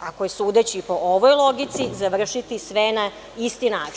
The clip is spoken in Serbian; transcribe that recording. ako je sudeći po ovoj logici završiti sve na isti način.